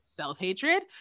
self-hatred